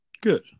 Good